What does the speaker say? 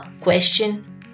question